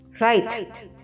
Right